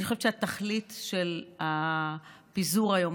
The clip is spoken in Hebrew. אני חושבת שהתכלית של הפיזור היום,